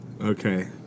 Okay